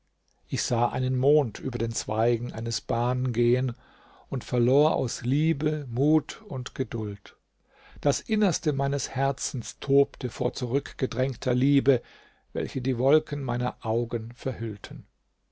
ich sah einen mond über den zweigen eines ban gehen und verlor aus liebe mut und geduld das innerste meines herzens tobte vor zurückgedrängter liebe welche die wolken meiner augen verhüllten